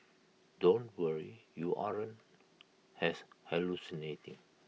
don't worry you aren't hallucinating